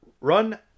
run